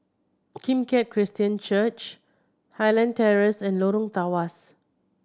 Kim Keat Christian Church Highland Terrace and Lorong Tawas